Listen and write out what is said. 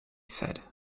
said